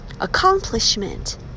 Accomplishment